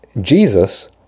Jesus